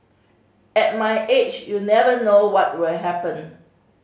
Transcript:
at my age you never know what will happen